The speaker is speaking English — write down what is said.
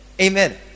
Amen